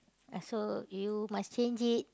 ah so you must change it